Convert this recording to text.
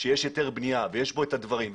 שיש היתר בנייה ויש בו את הדברים,